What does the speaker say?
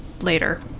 later